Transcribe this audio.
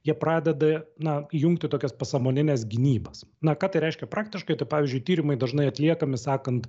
jie pradeda na jungti tokias pasąmonines gynybas na ką reiškia praktiškai pavyzdžiui tyrimai dažnai atliekami sakant